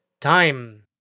time